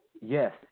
Yes